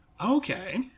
Okay